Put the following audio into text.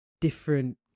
different